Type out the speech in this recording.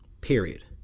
Period